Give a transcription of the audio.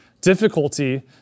difficulty